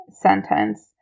sentence